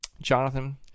Jonathan